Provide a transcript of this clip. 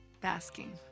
Basking